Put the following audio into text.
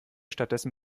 stattdessen